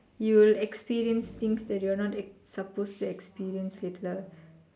you will experience things that you are not supposed to experience later